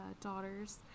daughters